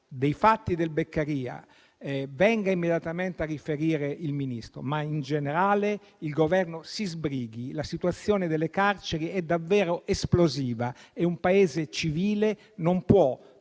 dell'istituto Beccaria venga immediatamente a riferire il Ministro, ma in generale il Governo si sbrighi: la situazione delle carceri è davvero esplosiva e un Paese civile non può